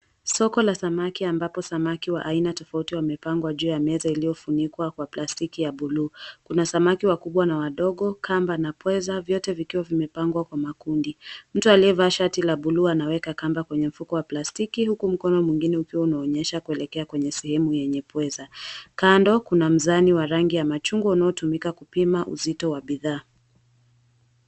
Soko la samaki ambapo samaki wa aina tofauti wamepangwa juu ya meza iliyofunikwa kwa plastiki ya blu. Kuna samaki wakubwa na wadogo kamba na pweza vyote vikiwa vimepangwa kwa makundi. Mtu aliyevaa shati ya blu anaweka kamba kwenye mfuko wa plastiki huku mkono mwingine ukiwa unaonyesha kuelekea kwenye sehemu yenye pweza. Kando, kuna mzani wa rangi ya machungwa unaotumika kupima uzito wa bidhaa.